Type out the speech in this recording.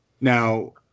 Now